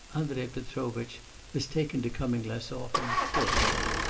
andrei petrovitch has taken to coming less often. poor fellow!